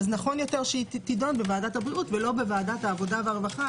נכון יותר שהיא תידון בוועדת הבריאות ולא בוועדת העבודה והרווחה